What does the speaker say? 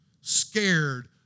scared